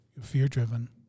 fear-driven